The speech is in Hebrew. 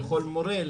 לגל מורה,